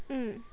mm